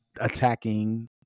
attacking